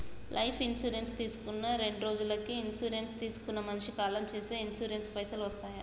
Life insurance తీసుకున్న రెండ్రోజులకి insurance తీసుకున్న మనిషి కాలం చేస్తే ఇన్సూరెన్స్ పైసల్ వస్తయా?